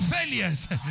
failures